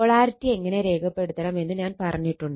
polarity എങ്ങനെ രേഖപ്പെടുത്തണം എന്നത് ഞാൻ പറഞ്ഞിട്ടുണ്ട്